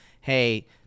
hey